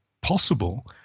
possible